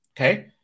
Okay